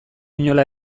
inola